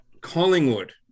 Collingwood